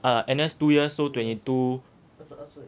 ah N_S two years so twenty two